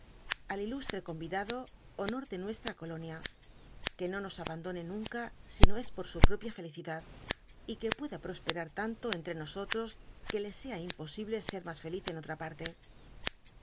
al iluslre comidado honor de nuestta colonial que no nos abandone nunc l si no es por su propia felicichtd y que pueda prospetat lanto enlre nosotros que le sea imposible ser mas feliz en otra patlc